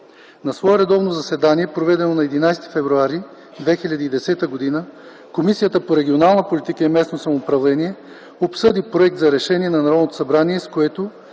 На свое редовно заседание, проведено на 11 февруари 2010 г., Комисията по регионална политика и местно самоуправление обсъди проект за Решение на Народното събрание, с което